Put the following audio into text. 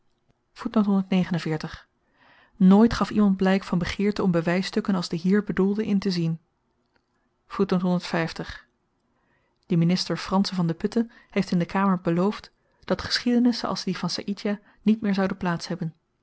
nooit gaf iemand blyk van begeerte om bewysstukken als de hier bedoelde intezien de minister fransen van de putte heeft in de kamer beloofd dat geschiedenissen als die van saïdjah niet meer zouden plaats hebben